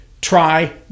try